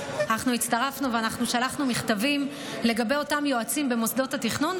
אנחנו הצטרפנו ואנחנו שלחנו מכתבים לגבי אותם יועצים במוסדות התכנון,